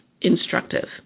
instructive